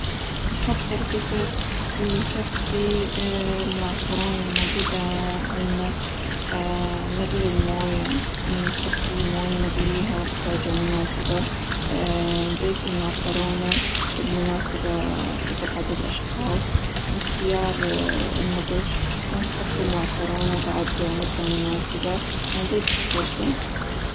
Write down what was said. نحظر قدر يكفي المعكرونة الموجودة عنا، نغلي الموية، نحط فيه موية نغليها بدرجة مناسبة، نظيف المعكرونة المناسبة حسب عدد أشخاص، لإختبار النضج، ونصفي المعكرونة بعد مدة مناسبة، ونظيف الصلصة.